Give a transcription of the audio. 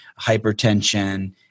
hypertension